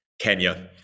Kenya